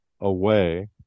away